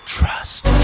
Trust